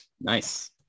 nice